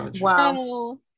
Wow